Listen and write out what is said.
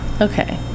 Okay